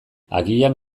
agian